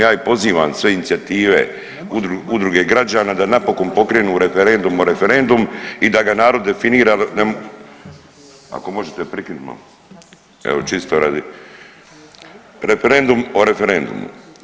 Ja ih pozivam sve inicijative, udruge građana da napokon pokrenu referendum o referendum i da ga narod definira, ako možete prikinit malo evo čisto radi, referendum o referendumu.